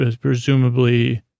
presumably